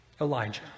Elijah